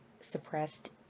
suppressed